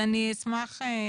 ואחריה ענת